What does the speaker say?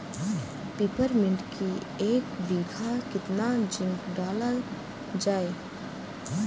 Peppermint की एक बीघा कितना जिंक डाला जाए?